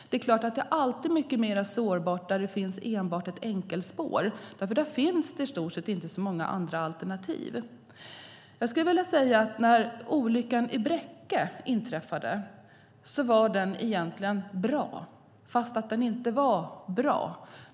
Det är alltid mycket mer sårbart där det finns enbart ett enkelspår, för där finns det i stort sett inte så många andra alternativ. Jag skulle vilja säga att olyckan i Bräcke egentligen var bra - fast den inte var bra.